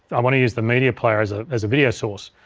i want to use the media player as ah as a video source.